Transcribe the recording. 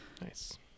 nice